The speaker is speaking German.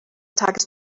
tages